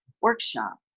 Workshop